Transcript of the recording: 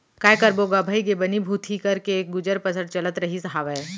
काय करबो गा भइगे बनी भूथी करके गुजर बसर चलत रहिस हावय